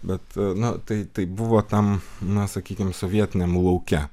bet nu tai tai buvo tam na sakykim sovietiniam lauke